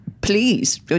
Please